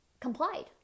complied